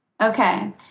okay